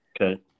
Okay